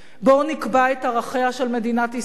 בואו נקבע את ערכיה של מדינת ישראל